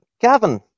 Gavin